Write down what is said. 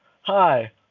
Hi